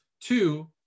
two